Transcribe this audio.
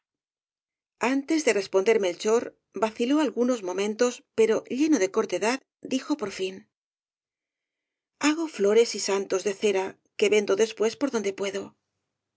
antes de responder melchor vaciló algunos momentos pero lleno de cortedad dijo por fin hago flores y santos de cera qué vendo después por donde puedo